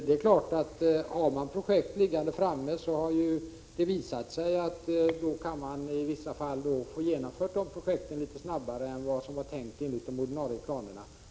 Det har visat sig att när projekt har förelegat har de i vissa fall kunnat genomföras litet snabbare än vad som avsågs i de ordinarie planerna.